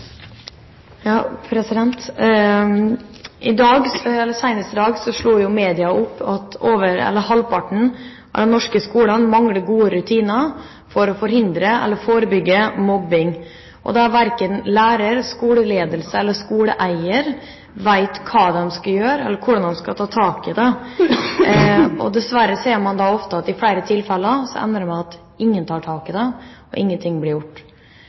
i dag slår media opp at halvparten av norske skoler mangler gode rutiner for å forhindre eller forebygge mobbing. Verken lærer, skoleledelse eller skoleeier vet hva de skal gjøre, eller hvordan de skal ta tak i det. Dessverre ser man da at det i flere tilfeller ender med at ingen tar tak i det, og ingenting blir gjort.